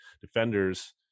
defenders